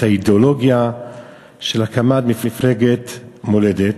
את האידיאולוגיה של הקמת מפלגת מולדת.